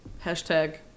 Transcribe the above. Hashtag